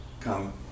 Come